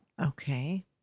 Okay